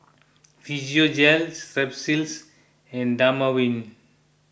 Physiogel Strepsils and Dermaveen